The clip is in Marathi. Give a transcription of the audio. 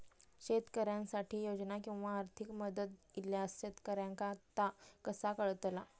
शेतकऱ्यांसाठी योजना किंवा आर्थिक मदत इल्यास शेतकऱ्यांका ता कसा कळतला?